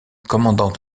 commandant